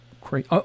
great